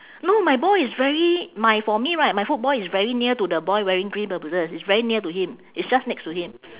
no my ball is very my for me right my football is very near to the boy wearing green bermudas it's very near to him it's just next to him